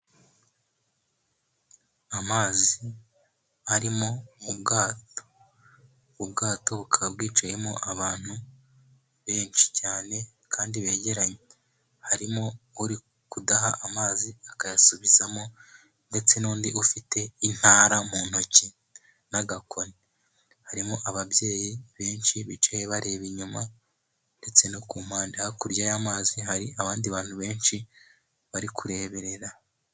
Amazi ari m'ubwato, ubwato bukaba bwicayemo abantu benshi cyane kandi begeranye, harimo uri kudaha amazi akayasubizamo, ndetse n'undi ufite intara mu ntoki n'agakoni, harimo ababyeyi benshi bicaye bareba inyuma, ndetse no ku mpande hakurya y'amazi, hari abandi bantu benshi bari kureberera.